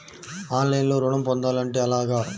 ఆన్లైన్లో ఋణం పొందాలంటే ఎలాగా?